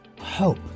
Hope